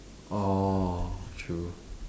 orh true